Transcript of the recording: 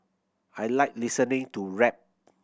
I like listening to rap